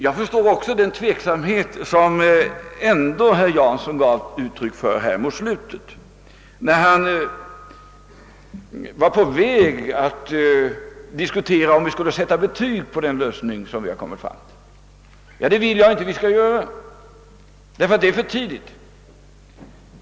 Jag förstår också den tveksamhet som herr Jansson gav uttryck åt mot slutet av sitt anförande, när han var på väg att diskutera om vi skulle sätta betyg på den lösning vi åstadkommit. Det vill jag inte att vi skall göra, ty det är för tidigt.